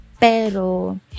Pero